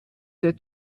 der